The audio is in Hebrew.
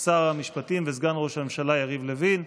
שר המשפטים וסגן ראש הממשלה יריב לוין.